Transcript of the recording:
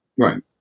Right